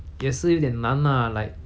也是有点难 lah like